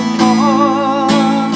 more